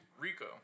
Rico